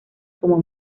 como